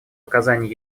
оказании